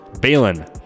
Balin